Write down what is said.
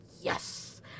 yes